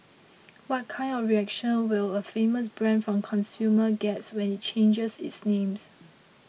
what kind of reactions will a famous brand from consumers get when it changes its names